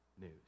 news